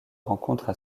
rencontrent